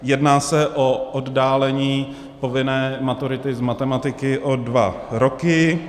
Jedná se o oddálení povinné maturity z matematiky o dva roky.